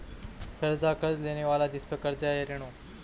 कर्ज़दार कर्ज़ लेने वाला जिसपर कर्ज़ या ऋण हो